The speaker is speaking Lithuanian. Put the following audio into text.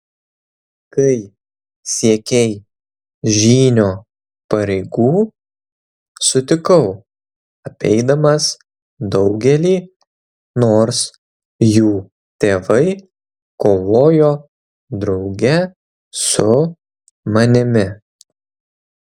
kai siekei žynio pareigų sutikau apeidamas daugelį nors jų tėvai kovojo drauge su manimi